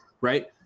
right